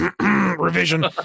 Revision